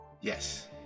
Yes